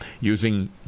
Using